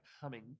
humming